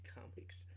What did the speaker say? Comics